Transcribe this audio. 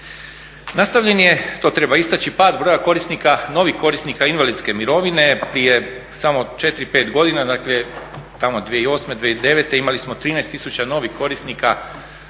Nastavljen je, to treba istaći pad broja korisnika, novih korisnika invalidske mirovine prije samo četiri, pet godina. Dakle, tamo 2008., 2009. imali smo 13000 novih korisnika invalidskih mirovina